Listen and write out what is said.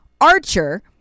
Archer